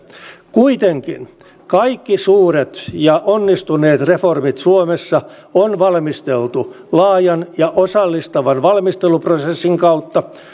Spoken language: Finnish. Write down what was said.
kuitenkin kaikki suuret ja onnistuneet reformit suomessa on valmisteltu laajan ja osallistavan valmisteluprosessin kautta